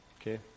Okay